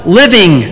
living